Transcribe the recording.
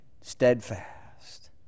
steadfast